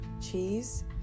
cheese